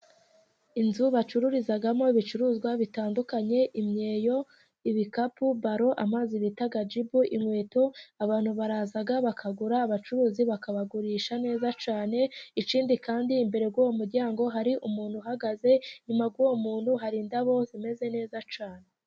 Inzu bacururizamo ibicuruzwa bitandukanye: imyeyo, ibikapu, baro, amazi bita jibu, inkweto, abantu baraza bakagura abacuruzi bakabagurisha neza cyane, ikindi kandi imbere y'uwo muryango hari umuntu uhagaze inyuma, y'uwo muntu hari indabo zimeze neza cyane.